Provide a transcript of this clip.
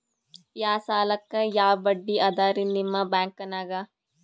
ಯಾ ಸಾಲಕ್ಕ ಯಾ ಬಡ್ಡಿ ಅದರಿ ನಿಮ್ಮ ಬ್ಯಾಂಕನಾಗ?